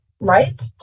right